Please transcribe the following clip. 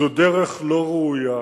זאת דרך לא ראויה,